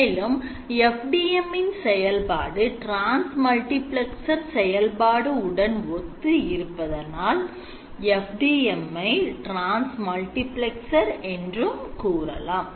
மேலும் FDM இன் செயல்பாடு transmutiplexer செயல்பாடு உடன் ஒத்து இருப்பதனால் FDM ஐ transmultiplexer என்று கூறலாம்